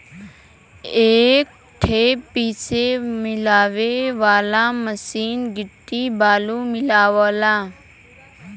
एक ठे पीसे मिलावे वाला मसीन गिट्टी बालू मिलावला